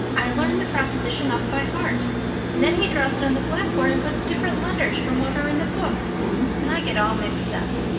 i learn the proposition off by heart and then he draws it on the blackboard and puts different letters from what are in the book and i get all mixed up.